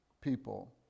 people